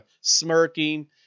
smirking